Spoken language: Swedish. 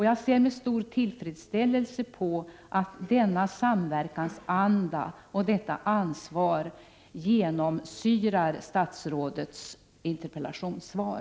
Jag ser med stor tillfredsställelse att denna samverkansanda och detta ansvar genomsyrar statsrådets interpellationssvar.